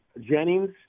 Jennings